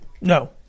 no